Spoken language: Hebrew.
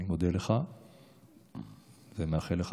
אני מודה לך ומאחל לך